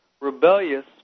rebellious